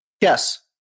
Yes